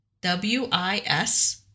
W-I-S